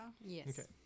Yes